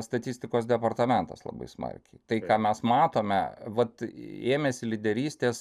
statistikos departamentas labai smarkiai tai ką mes matome vat ėmėsi lyderystės